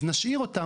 אז נשאיר אותם.